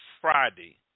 Friday